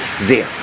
sehr